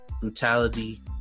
Brutality